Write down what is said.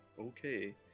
okay